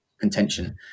contention